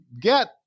get